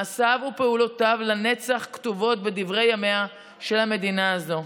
מעשיו ופעולותיו כתובים לנצח בדברי ימיה של המדינה הזאת.